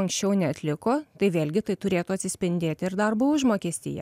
anksčiau neatliko tai vėlgi tai turėtų atsispindėti ir darbo užmokestyje